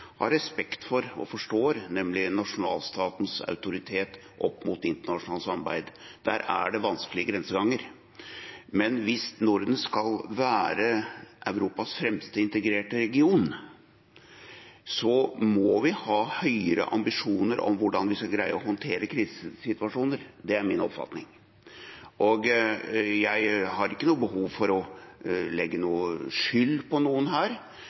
har respekt for, og forstår, nemlig nasjonalstatens autoritet opp mot internasjonalt samarbeid. Der er det vanskelige grenseganger. Men hvis Norden skal være Europas fremste integrerte region, må vi ha høyere ambisjoner om hvordan vi skal greie å håndtere krisesituasjoner. Det er min oppfatning. Jeg har ikke noe behov for å legge noe skyld på noen her,